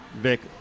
Vic